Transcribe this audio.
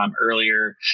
earlier